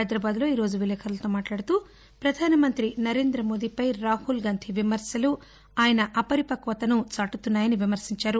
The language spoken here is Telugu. హైదరాబాదులో ఈరోజు విలేకరులతో మాట్లాడుతూ ప్రధానమంత్రి నరేంద్రమోదిపై రాహుల్ విమర్తలు ఆయన అపరిపక్షతను దాటుతున్నాయని విమర్తించారు